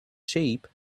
sheep